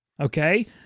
okay